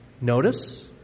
notice